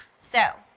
so,